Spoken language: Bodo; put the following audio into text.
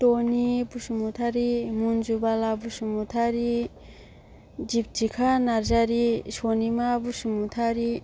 टनि बसुमतारि मन्जु बाला बसुमतारि दिपतिका नार्जारि सनिमा बसुमतारि